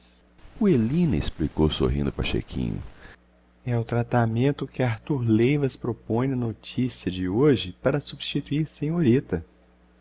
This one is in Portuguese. puelina explicou sorrindo o pachequinho é o tratamento que artur leivas propõe na notícia de hoje para substituir senhorita